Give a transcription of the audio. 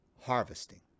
harvesting